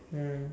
mm